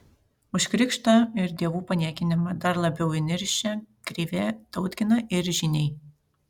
už krikštą ir dievų paniekinimą dar labiau įniršę krivė tautgina ir žyniai